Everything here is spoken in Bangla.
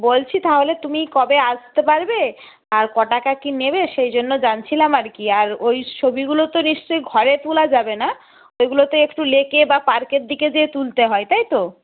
বলছি তাহলে তুমি কবে আসতে পারবে আর কটাকা কী নেবে সেই জন্য জানছিলাম আর কি আর ওই ছবিগুলো তো নিশ্চয়ই ঘরে তোলা যাবে না ওগুলো তো একটু লেকে বা পার্কের দিকে গিয়ে তুলতে হয় তাই তো